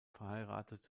verheiratet